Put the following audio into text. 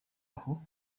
aho